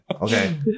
okay